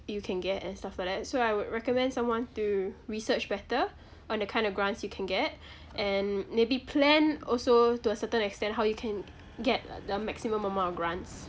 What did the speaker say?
you can get and stuff like that so I would recommend someone to research better on the kind of grants you can get and maybe plan also to a certain extent how you can get the maximum amount of grants